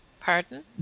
pardon